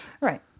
Right